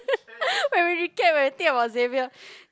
when we recap eh we think about Xavier